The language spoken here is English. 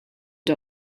the